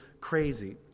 crazy